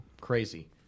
crazy